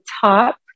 top